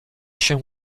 się